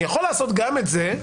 אני יכול לעשות גם את זה.